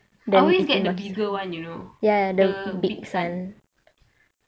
I always get the bigger [one] you know the big san